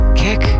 kick